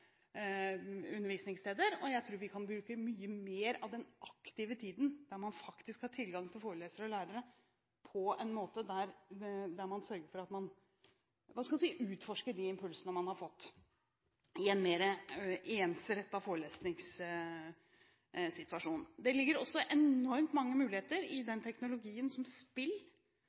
undervisningssteder, og jeg tror vi kan bruke mye mer av den aktive tiden der man faktisk har tilgang på forelesere og lærere, på en måte der man sørger for at man – hva skal man si – utforsker de impulsene man har fått, i en mer ensrettet forelesningssituasjon. Det ligger også enormt mange muligheter i den teknologien som